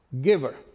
giver